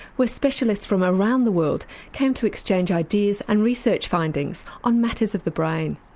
where specialists from around the world came to exchange ideas and research findings on matters of the brain.